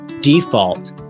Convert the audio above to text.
default